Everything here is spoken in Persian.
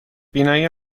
بینایی